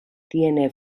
tiene